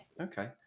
Okay